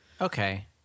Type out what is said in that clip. okay